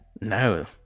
No